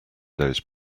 those